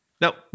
No